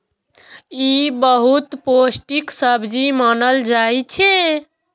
ई बहुत पौष्टिक सब्जी मानल जाइ छै